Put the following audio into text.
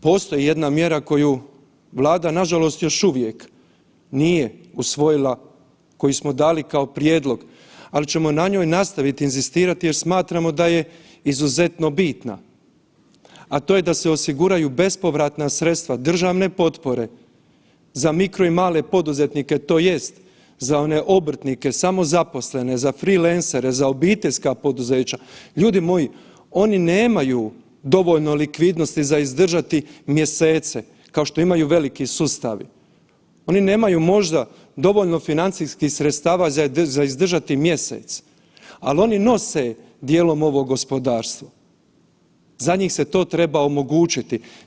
Također postoji jedna mjera koju Vlada nažalost još uvijek nije usvojila koju smo dali kao prijedlog, ali ćemo na njoj nastaviti inzistirati jer smatramo da je izuzetno bitna, a to je da se osiguraju bespovratna sredstva državne potpore za mikro i male poduzetnike tj. za one obrtnike samozaposlene, za freeleancere, za obiteljska poduzeća, ljudi moji oni nemaju dovoljno likvidnosti za izdržati mjesece kao veliki sustavi, oni nemaju možda dovoljno financijskih sredstava za izdržati mjesec, ali oni nose dijelom ovo gospodarstvo, za njih se to treba omogućiti.